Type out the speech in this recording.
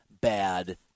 bad